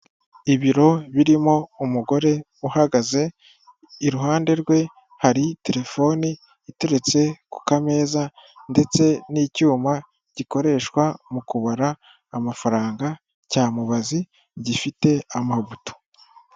Ibiro birimo umugore uhagaze iruhande rwe hari telefoni iteretse ku kameza ndetse n'icyuma gikoreshwa mu kubara amafaranga cya mubazi gifite amabuto.